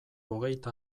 hogeita